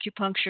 acupuncture